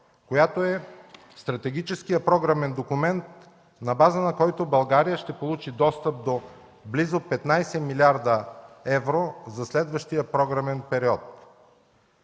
която е стратегическият програмен документ, на база на който България ще получи достъп до близо 15 милиарда евро за следващия програмен период.